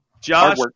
Josh